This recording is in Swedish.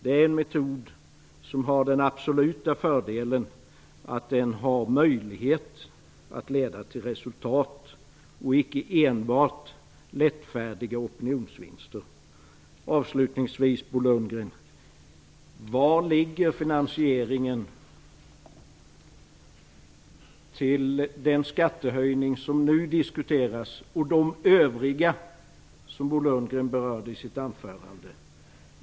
Det är en metod som har den absoluta fördelen att den har möjlighet att leda till resultat och icke enbart lättfärdiga opinionsvinster. Avslutningsvis, Bo Lundgren: Var ligger finansieringen när det gäller den skattehöjning som nu diskuteras och de övriga som Bo Lundgren berörde i sitt anförande?